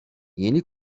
yeni